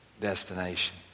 destination